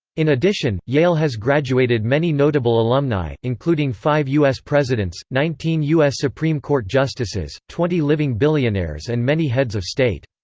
in addition, yale has graduated many notable alumni, including five u s. presidents, nineteen u s. supreme court justices, twenty living billionaires and many heads of state.